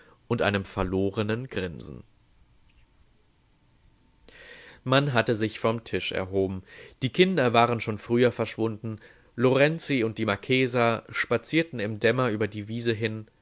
und einem verlorenen grinsen man hatte sich vom tisch erhoben die kinder waren schon früher verschwunden lorenzi und die marchesa spazierten im dämmer über die wiese hin